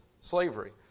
slavery